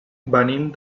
venim